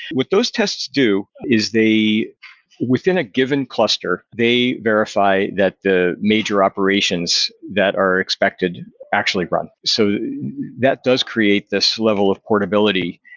what those tests do is within a given cluster, they verify that the major operations that are expected actually run. so that does create this level of portability,